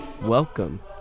Welcome